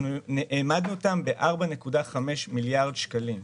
אמדנו אותו ב-4.5 מיליארד שקלים.